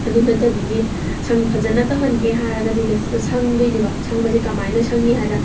ꯑꯗꯨ ꯅꯠꯇꯕꯤꯒꯤ ꯁꯨꯝ ꯐꯖꯅ ꯇꯧꯍꯟꯒꯦ ꯍꯥꯏꯔꯒꯗꯤ ꯂꯤꯞ ꯏꯁꯇꯤꯛꯁꯦ ꯁꯪꯗꯣꯏꯅꯦꯕ ꯁꯪꯕꯁꯦ ꯀꯃꯥꯏꯅ ꯁꯪꯅꯤ ꯍꯥꯏꯕꯗ